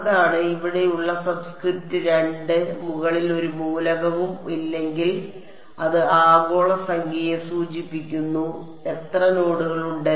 അതാണ് ഇവിടെയുള്ള സബ്സ്ക്രിപ്റ്റ് രണ്ട് മുകളിൽ ഒരു മൂലകവും ഇല്ലെങ്കിൽ അത് ആഗോള സംഖ്യയെ സൂചിപ്പിക്കുന്നു എത്ര നോഡുകൾ ഉണ്ട്